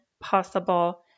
possible